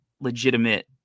legitimate